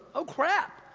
oh crap,